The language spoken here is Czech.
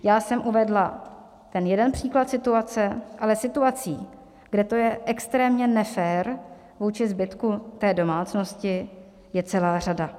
Já jsem uvedla jeden příklad situace, ale situací, kde to je extrémně nefér vůči zbytku té domácnosti, je celá řada.